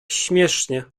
śmiesznie